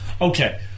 Okay